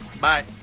Bye